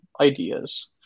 ideas